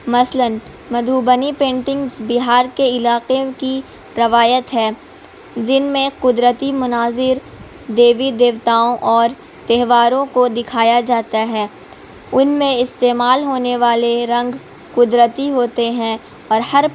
مثلاً مدھوبنی پینٹنگس بہار کے علاقے کی روایت ہے جن میں قدرتی مناظر دیوی دیوتاؤں اور تہواروں کو دکھایا جاتا ہے ان میں استعمال ہونے والے رنگ قدرتی ہوتے ہیں اور ہر